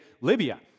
Libya